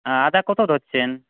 হাঁ আদা কত ধরছেন